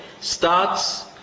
starts